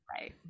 right